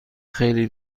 خیلی